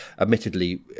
admittedly